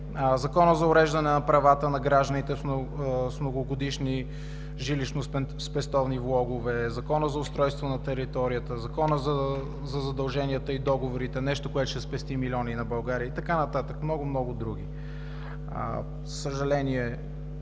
Законът за уреждане на правата на гражданите с многогодишни жилищно-спестовни влогове, Законът за устройство на територията, Законът за задълженията и договорите – нещо, което ще спести милиони на България, и така нататък, много-много други.